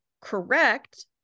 correct